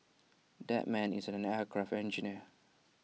that man is an aircraft engineer